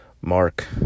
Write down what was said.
Mark